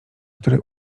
które